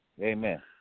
Amen